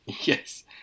Yes